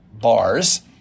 bars